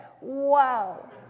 Wow